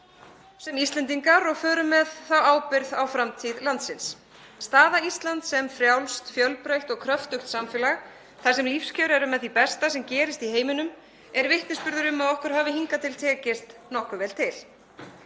sem Íslendinga og förum með þá ábyrgð á framtíð landsins. Staða Íslands sem frjálst fjölbreytt og kröftugt samfélag þar sem lífskjör eru með því besta sem gerist í heiminum er vitnisburður um að okkur hafi hingað til tekist nokkuð vel til.